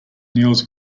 kneels